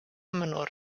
menor